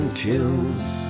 tunes